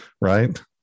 right